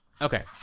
Okay